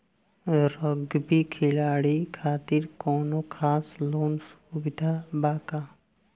Rugby खिलाड़ी खातिर कौनो खास लोन सुविधा बा का?